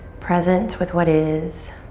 present with what is,